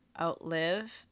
outlive